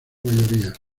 mayoría